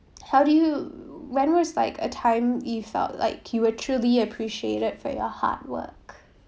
how do you when was like a time you felt like you were truly appreciated for your hard work